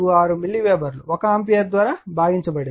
646 milliweber 1 ampere ద్వారా భాగించబడింది